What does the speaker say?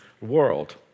world